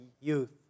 youth